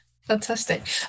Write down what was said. fantastic